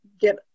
get